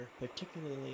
particularly